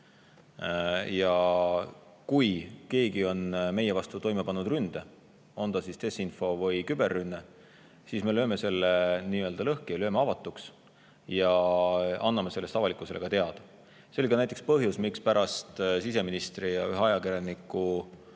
Ja kui keegi on meie vastu toime pannud ründe, on see siis desinfo- või küberrünne, siis me lööme selle nii-öelda lõhki, lööme avatuks ja anname sellest avalikkusele teada. See oli ka näiteks põhjus, miks pärast siseministri ja ühe ajakirjaniku